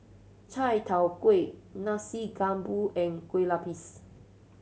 Chai Tow Kuay Nasi Campur and Kueh Lupis